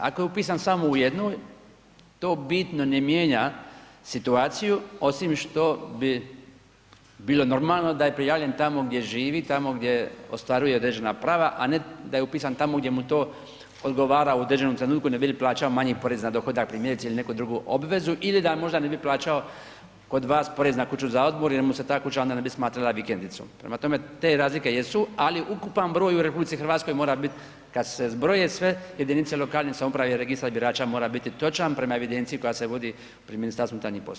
Ako je upisan samo u jednoj to bitno ne mijenja situaciju osim što bi bilo normalo da je prijavljen tamo gdje živi, tamo gdje ostvaruje određena prava, a ne da je upisan tamo gdje mu to odgovara u određenom trenutku ne bi li plaćao manji porez na dohodak primjerice ili neku drugu obvezu ili da možda ne bi plaćao kod vas porez na kuću za odmor jel mu se ta kuća onda ne bi smatrala vikendicom, prema tome te razlike jesu, ali ukupan broj u RH mora bit kad se zbroje sve jedinice lokalne samouprave i registar birača mora biti točan prema evidenciji koja se vodi pri MUP-u.